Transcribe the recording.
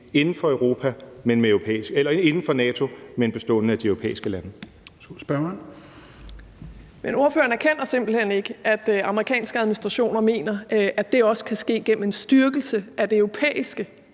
inden for NATO, men bestående af de europæiske lande.